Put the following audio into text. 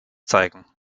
zeigen